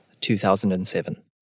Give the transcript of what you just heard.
2007